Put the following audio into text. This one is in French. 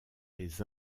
les